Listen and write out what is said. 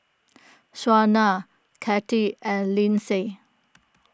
Shaunna Cathie and Lyndsay